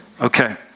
Okay